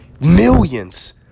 millions